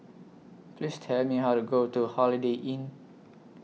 Please Tell Me How to Go to Holiday Inn